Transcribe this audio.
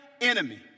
enemy